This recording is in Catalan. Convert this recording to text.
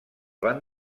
van